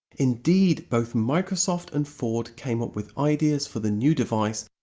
indeed, both microsoft and ford came up with ideas for the new device,